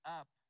up